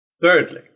Thirdly